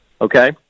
Okay